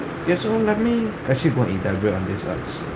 ya so let me actually on this arts